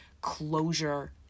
closure